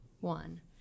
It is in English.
one